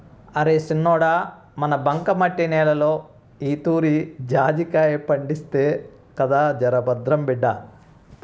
అరే సిన్నోడా మన బంకమట్టి నేలలో ఈతూరి జాజికాయ పంటేస్తిమి కదా జరభద్రం బిడ్డా